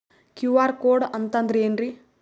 QR code ಅಂತಂದ್ರ ಏನ್ರೀ?